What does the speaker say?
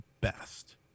best